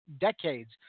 decades